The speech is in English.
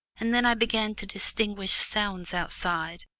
and then i began to distinguish sounds outside,